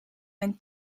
mijn